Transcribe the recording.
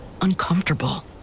uncomfortable